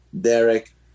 Derek